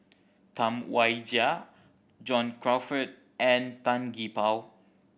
Tam Wai Jia John Crawfurd and Tan Gee Paw